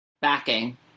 backing